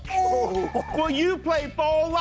well, you play ball